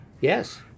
Yes